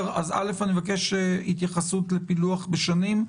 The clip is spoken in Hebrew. אני מבקש התייחסות לפילוח לפי שנים,